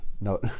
no